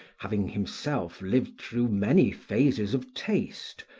having himself lived through many phases of taste,